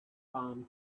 palm